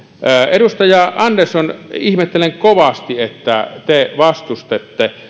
edustaja andersson ihmettelen kovasti että te vastustatte